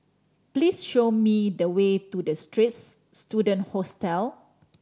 please show me the way to The Straits Student Hostel